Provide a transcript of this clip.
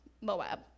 moab